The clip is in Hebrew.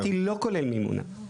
אמרתי לא כולל מימונה.